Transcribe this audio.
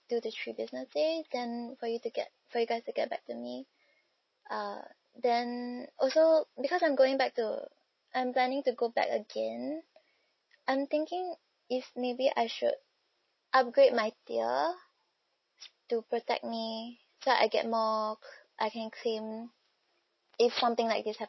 two to three business days then for you to get for you guys to get back to me uh then also because I'm going back to I'm planning to go back again I'm thinking if maybe I should upgrade my tier to protect me so I get more I can claim if something like this happens